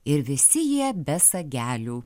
ir visi jie be sagelių